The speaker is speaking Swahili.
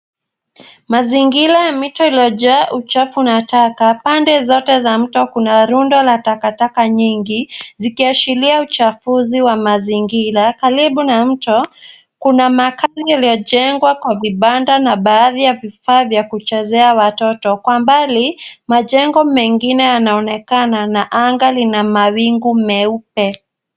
Mazingira ya mito iliyojaa uchafu na taka. Pande zote za mto kuna rundo la takataka nyingi, zikiashiria uchafuzi wa mazingira. Karibu na mto, kuna makazi yaliyojengwa kwa vibanda na baadhi ya vifaa vya kuchezea watoto. Kwa umbali, majengo mengine yanaonekana na anga lina mawingu meupe.